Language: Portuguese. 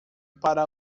para